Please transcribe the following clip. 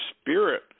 spirit